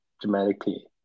dramatically